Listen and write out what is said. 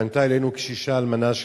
פנתה אלינו קשישה אלמנה,